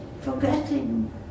forgetting